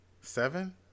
Seven